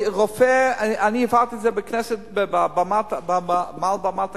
אני העברתי את זה מעל בימת הכנסת,